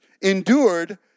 Endured